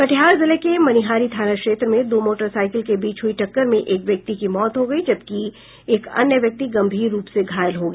कटिहार जिले के मनिहारी थाना क्षेत्र में दो मोटरसाईकिल के बीच हुई टक्कर में एक व्यक्ति की मौत हो गयी जबकि एक अन्य व्यक्ति गंभीर रूप से घायल हो गया